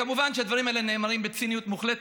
כמובן שהדברים האלה נאמרים בציניות מוחלטת.